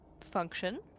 function